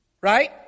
Right